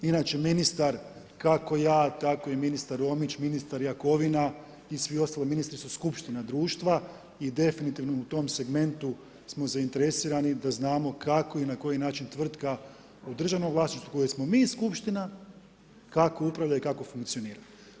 Inače, ministar, kako ja, tako i ministar Romić, ministar Jakovina i svi ostali ministri su Skupština društva i definitivno u tom segmentu smo zainteresirani da znamo kako i na koji način tvrtka u državnom vlasništvu, kojeg smo mi Skupština, kako upravlja i kako funkcionira.